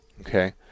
Okay